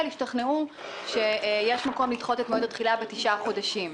השתכנעו שיש מקום לדחות את מועד התחילה בתשעה חודשים.